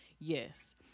Yes